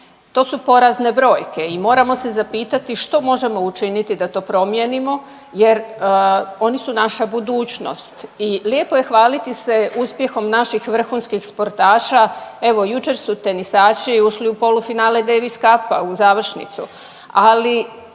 To su porazne brojke i moramo se zapitati što možemo učiniti da to promijenimo jer oni su naša budućnost. I lijepo je hvaliti se uspjehom naših vrhunskih sportaša, evo jučer su tenisači ušli u polufinale Davis kupa u završnicu, ali